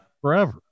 forever